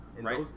right